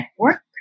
Network